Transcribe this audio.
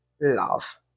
love